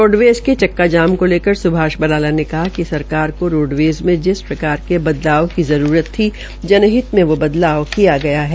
roadways का चक्का जाम को लेकर सुभाष बराला ने कहा कि सरकार को रोडवेज़ में जिस प्रकार के बदलाव की जरूरत थी जनहित में वह बदलाव किया गया है